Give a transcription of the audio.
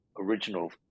original